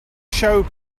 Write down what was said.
show